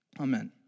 Amen